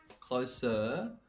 closer